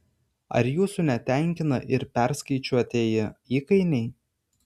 ar jūsų netenkina ir perskaičiuotieji įkainiai